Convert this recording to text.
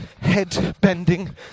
head-bending